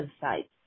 sites